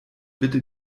bitte